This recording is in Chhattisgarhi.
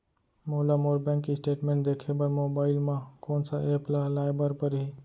मोला मोर बैंक स्टेटमेंट देखे बर मोबाइल मा कोन सा एप ला लाए बर परही?